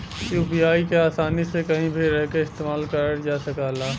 UPI के आसानी से कहीं भी रहके इस्तेमाल करल जा सकला